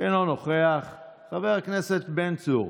אינו נוכח, חבר הכנסת בן צור,